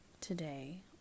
today